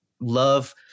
love